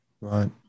Right